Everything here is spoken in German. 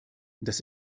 das